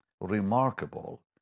remarkable